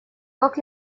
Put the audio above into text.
как